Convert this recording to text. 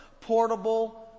portable